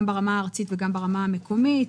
גם ברמה הארצית וגם ברמה המקומית,